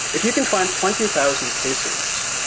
if you can find twenty thousand cases,